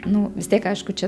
nu vis tiek aišku čia